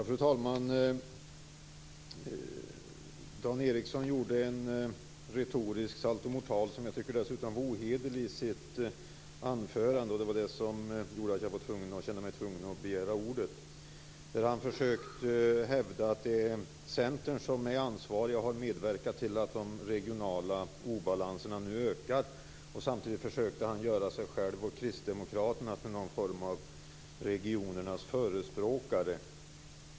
Fru talman! Dan Ericsson gjorde en retorisk saltomortal, som jag dessutom tycker var ohederlig, i sitt anförande. Det var det som gjorde att jag kände mig tvungen att begära ordet. Han försökte hävda att Centern är ansvarigt för och har medverkat till att de regionala obalanserna nu ökar. Samtidigt försökte han göra sig själv och kristdemokraterna till någon sorts regionernas förespråkare.